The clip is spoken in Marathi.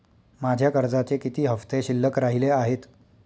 माझ्या कर्जाचे किती हफ्ते शिल्लक राहिले आहेत?